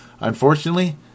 Unfortunately